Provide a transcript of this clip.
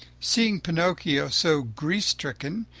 seeing pinocchio so grief-stricken,